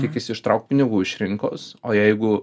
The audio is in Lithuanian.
tikisi ištraukt pinigų iš rinkos o jeigu